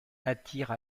attire